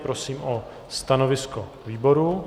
Prosím o stanovisku výboru.